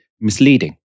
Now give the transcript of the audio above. misleading